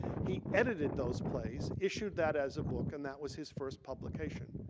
he edited those plays, issued that as a book and that was his first publication.